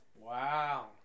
Wow